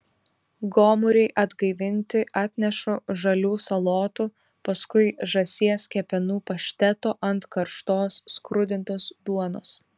gomuriui atgaivinti atnešu žalių salotų paskui žąsies kepenų pašteto ant karštos skrudintos duonos